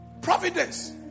Providence